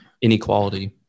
inequality